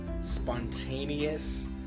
spontaneous